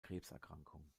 krebserkrankung